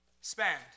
spend